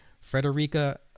Frederica